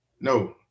No